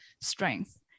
strength